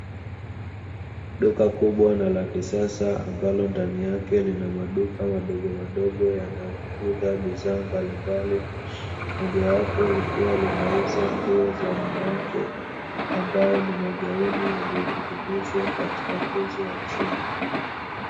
Duka kubwa na la kisasa ambalo ndani yake kuna maduka madogo madogo yanayouza bidhaa mbalimbali moja wapo likiwa linauza nguo za wanawake ambazo ni magauni yaliyoning'inizwa katika nguzo za chuma.